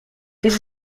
this